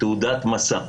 תעודת מסע.